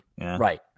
Right